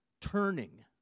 Turning